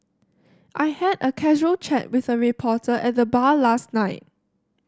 I had a casual chat with a reporter at the bar last night